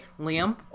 Liam